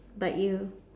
bite you